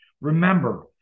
Remember